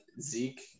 Zeke